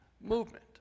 Movement